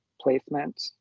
placement